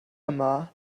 yma